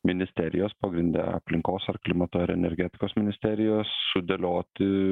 ministerijos pagrinde aplinkos ar klimato ir energetikos ministerijos sudėlioti